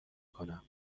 کنم